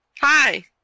Hi